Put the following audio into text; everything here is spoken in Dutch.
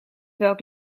welk